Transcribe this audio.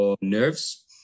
nerves